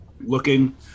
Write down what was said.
looking